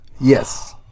Yes